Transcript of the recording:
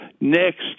next